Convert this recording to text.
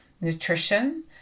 nutrition